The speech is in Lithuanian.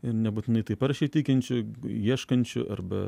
ir nebūtinai taip aršiai tikinčių ieškančių arba